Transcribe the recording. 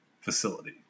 facility